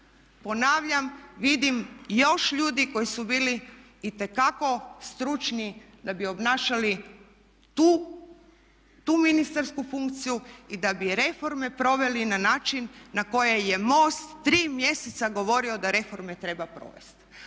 Ponavljam, vidim još ljudi koji su bili itekako stručni da bi obnašali tu ministarstvu funkciju i da bi reforme proveli na način na koje je MOST 3 mjeseca govorio da reforme treba provesti.